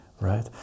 right